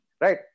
Right